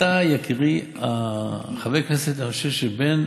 תקשיב, יקירי, אתה חבר כנסת, אני חושב שבין